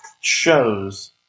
shows